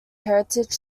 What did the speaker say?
heritage